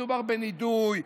מדובר בנידוי,